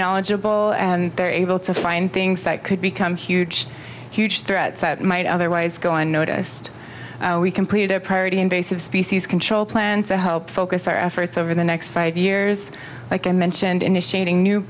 knowledgeable and they're able to find things that could become a huge huge threat might otherwise go unnoticed we completed a priority invasive species control plants and help focus our efforts over the next five years like i mentioned initiating new